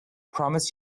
promise